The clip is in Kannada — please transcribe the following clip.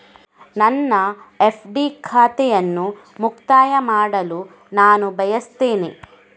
ನನ್ನ ಎಫ್.ಡಿ ಖಾತೆಯನ್ನು ಮುಕ್ತಾಯ ಮಾಡಲು ನಾನು ಬಯಸ್ತೆನೆ